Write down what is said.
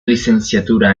licenciatura